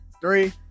Three